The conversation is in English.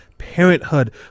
Parenthood